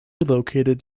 located